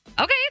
Okay